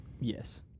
Yes